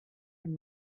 and